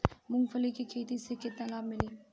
मूँगफली के खेती से केतना लाभ मिली?